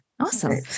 Awesome